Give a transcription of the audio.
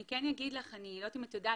אני כן אגיד לך, אני לא יודעת אם את יודעת,